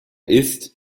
ist